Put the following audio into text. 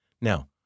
Now